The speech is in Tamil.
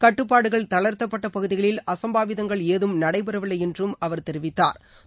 கட்டுப்பாடுகள் தளர்த்தப்பட்ட பகுதிகளில் அசம்பாவிதங்கள் ஏதம் நடைபெறவில்லை என்று அவர் தெரிவித்தாா்